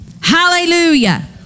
Hallelujah